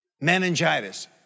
Meningitis